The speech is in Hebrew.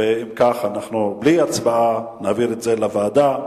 כך, בלי הצבעה, אנחנו נעביר את זה לוועדה,